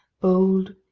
bold,